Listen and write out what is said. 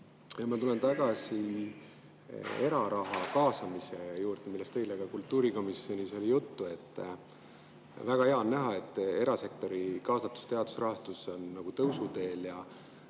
Ma tulen tagasi eraraha kaasamise juurde, millest eile ka kultuurikomisjonis oli juttu. Väga hea on näha, et erasektori kaasatus teadusrahastusse on tõusuteel. Ja